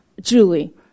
Julie